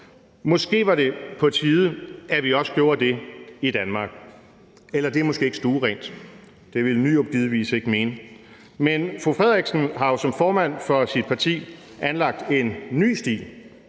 Måske var det på tide, at vi også gjorde det i Danmark – eller det er måske ikke stuerent? Det ville Nyrup givetvis ikke mene, men fru Mette Frederiksen har som formand for sit parti jo anlagt en ny stil,